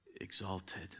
exalted